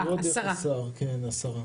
זה השר, ישירות דרך השר, כן, השרה.